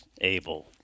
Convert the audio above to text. able